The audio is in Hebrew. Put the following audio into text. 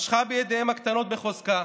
משכה בידיהם הקטנות בחוזקה,